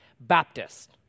Baptist